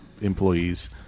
employees